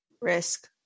Risk